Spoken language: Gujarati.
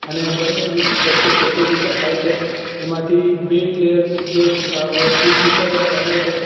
અને બંને વચ્ચે પ્રતિયોગિતા થાય છે એમાંથી બે પ્લેયર્સ જે પિચ ઉપર રમે છે